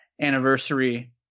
anniversary